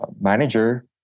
manager